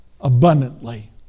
abundantly